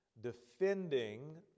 defending